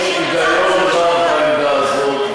יש היגיון רב בעמדה הזאת,